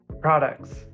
products